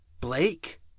Blake